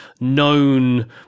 known